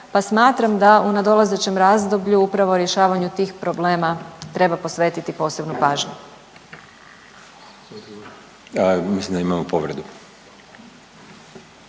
pa smatram da u nadolazećem razdoblju upravo rješavanju tih problema treba posvetiti posebnu pažnju. **Sanader,